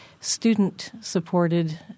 student-supported